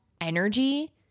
energy